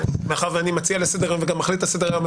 מאחר ואני מציע לסדר היום וגם מחליט על סדר היום,